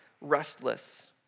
restless